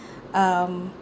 um